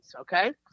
okay